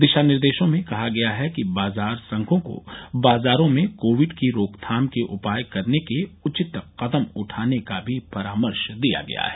दिशा निर्देशों में कहा गया है कि बाजार संघों को बाजारों में कोविड की रोकथाम के उपाय करने के उचित कदम उठाने का भी परामर्श दिया गया है